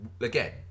again